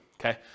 Okay